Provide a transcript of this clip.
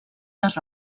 les